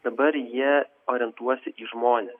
dabar jie orientuojasi į žmones